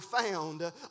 found